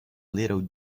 little